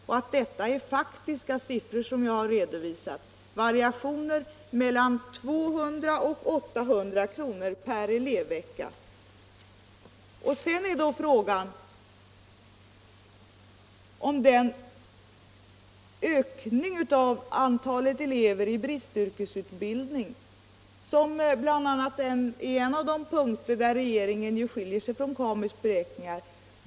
Jag har redovisat i faktiska siffror att variationerna uppgår till mellan 200 och 800 kr. per elevvecka. Beräkningen av ökningen av antalet elever i bristyrkesutbildning är en av de punkter där regeringen skiljer sig från KAMU.